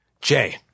Jay